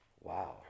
Wow